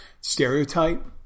stereotype